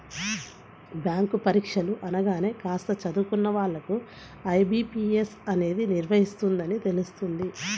bank పరీక్షలు అనగానే కాస్త చదువుకున్న వాళ్ళకు ఐ.బీ.పీ.ఎస్ అనేది నిర్వహిస్తుందని తెలుస్తుంది